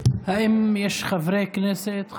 האם יש חברי כנסת,